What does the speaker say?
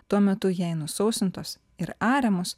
tuo metu jei nusausintos ir ariamos